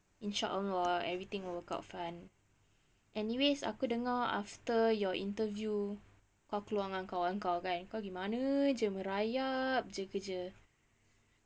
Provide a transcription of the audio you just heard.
in short overall everything will work out fine anyways aku dengar after your interview kau keluar dengan kawan kau kan pergi mana jer merayap jer kerja